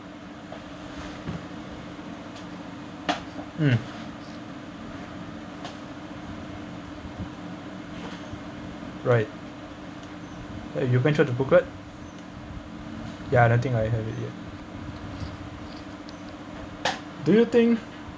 mm right have you went through the booklet ya nothing I heard it yeah do you think